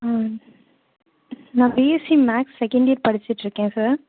ம் நான் BSc maths second year படிச்சிட்யிருக்கேன் சார்